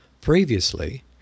Previously